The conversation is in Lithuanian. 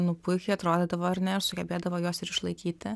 nu puikiai atrodydavo ar ne ir sugebėdavo juos ir išlaikyti